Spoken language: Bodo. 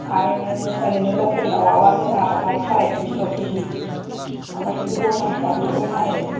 आरो नों ओरैनो लकेल दावाबा जोंहा बाहाय साराय थिनस' किजि ओमफ्राय खिन्थु गथा हिसाबैबो फानो